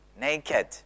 naked